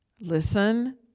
listen